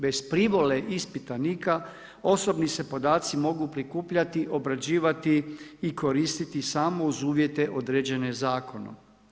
Bez privole ispitanika osobni se podaci mogu prikupljati, obrađivati i koristiti samo uz uvjete određene zakonom.